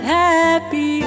happy